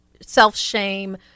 self-shame